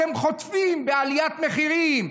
אתם חוטפים בעליית מחירים.